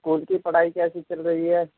school کی پڑھائی کیسی چل رہی ہے